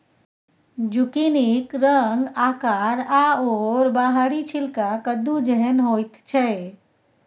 जुकिनीक रंग आकार आओर बाहरी छिलका कद्दू जेहन होइत छै